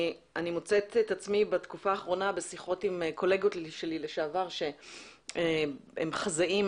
אני מוצאת את עצמי בתקופה האחרונה בשיחות עם קולגות שלי לשעבר שהם חזאים